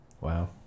wow